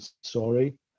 sorry